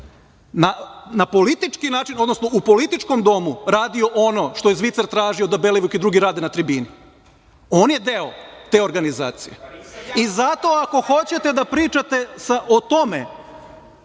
račun tog klana i tog Zvicera u političkom domu radio ono što je Zvicer tražio da Belivuk i drugi rade na tribini. On je deo te organizacije. I zato ako hoćete da pričate o tome,